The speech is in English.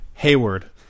Hayward